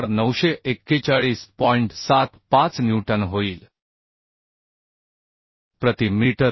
75 newton प्रति metre होईल